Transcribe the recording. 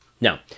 Now